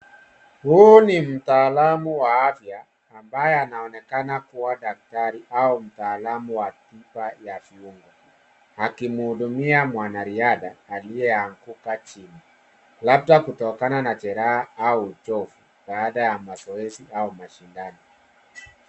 Huu ni Mtaalamu wa afya ambaye anaonekana kuwa daktari au mtaalamu wa tiba ya viungo. akimhudumia mwana riadha aliyeanguka chini. Labda kutokana na jeraha au uchovu , baada ya mazoezi au mashindano.